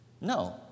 No